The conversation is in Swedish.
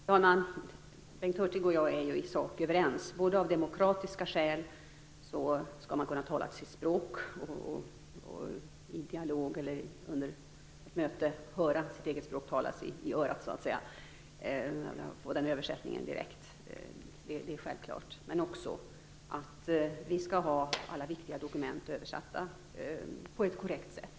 Fru talman! Bengt Hurtig och jag är ju i sak överens. Av demokratiska skäl skall man kunna tala sitt språk och höra sitt eget språk i örat i dialog eller under möten. Man skall få översättningen direkt. Det är självklart. Det är också självklart att vi skall ha alla viktiga dokument översatta på ett korrekt sätt.